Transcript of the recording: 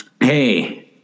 Hey